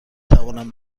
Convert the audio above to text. توانم